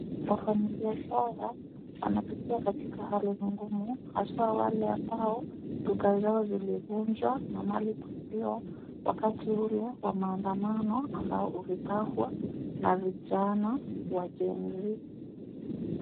Wafanyibiashara wanapitia katika hali ngumu haswa wale ambao duka zao zilivunjwa na mali kuibiwa wakati ule wa maandamano ambao ulipangwa na vijana wa Gen Z.